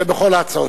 כן, בכל ההצעות.